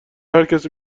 هرکس